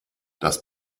das